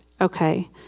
Okay